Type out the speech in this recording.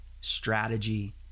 strategy